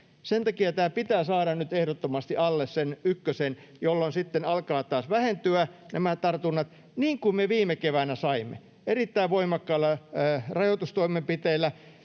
Sen takia tämä pitää saada nyt ehdottomasti alle sen ykkösen, jolloin sitten alkavat taas vähentyä nämä tartunnat, niin kuin me viime keväänä, toukokuun lopussa, saimme sen erittäin voimakkailla rajoitustoimenpiteillä